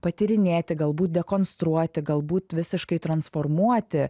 patyrinėti galbūt dekonstruoti galbūt visiškai transformuoti